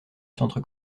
centre